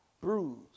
bruised